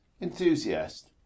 enthusiast